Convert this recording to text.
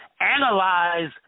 analyze